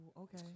okay